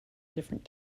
different